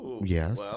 yes